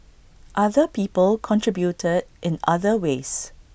other people contributed in other ways